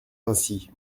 ainsi